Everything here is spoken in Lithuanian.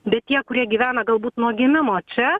bet tie kurie gyvena galbūt nuo gimimo čia